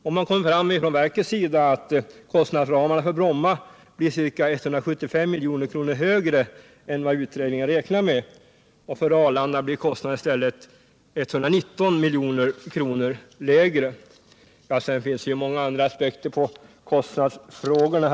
Från verkets sida kom man fram till att kostnadsramarna för Bromma blir ca 175 milj.kr. högre än vad utredningen räknat med, och för Arlanda blir kostnaden i stället 119 milj.kr. lägre. Man kan givetvis anlägga många andra aspekter på kostnadsfrågorna.